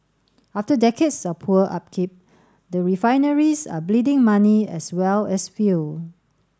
after decades of poor upkeep the refineries are bleeding money as well as fuel